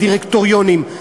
בדירקטוריונים.